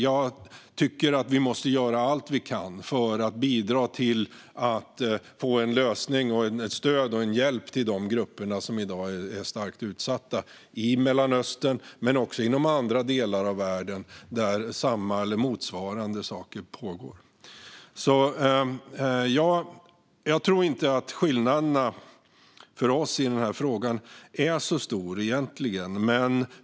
Jag tycker att vi måste göra allt vi kan för att bidra till att få en lösning och för att ge stöd och hjälp till de grupper som i dag är mycket utsatta, såväl i Mellanöstern som i andra delar av världen där samma eller motsvarande saker pågår. Jag tror inte att skillnaderna mellan mig och Lars Adaktusson egentligen är så stora i denna fråga.